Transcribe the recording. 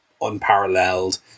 unparalleled